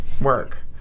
work